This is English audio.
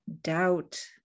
doubt